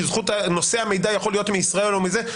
כי זכות הנושא המידע יכול להיות מישראל או מזה,